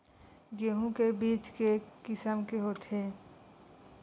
गेहूं के बीज के किसम के होथे?